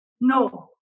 no